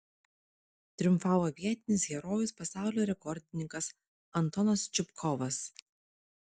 triumfavo vietinis herojus pasaulio rekordininkas antonas čupkovas